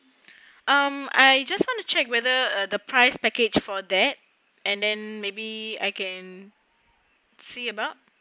um I just want to check whether the price package for that and then maybe I can see about